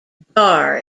dar